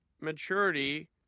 maturity